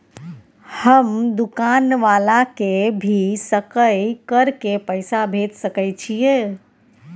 हम दुकान वाला के भी सकय कर के पैसा भेज सके छीयै?